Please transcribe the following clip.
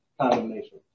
condemnation